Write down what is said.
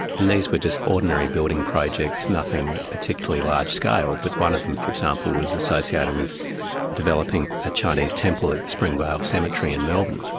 and these were just ordinary building projects, nothing particularly large-scale, but one of them, for example, was associated with developing a chinese temple at springvale cemetery in melbourne.